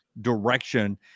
direction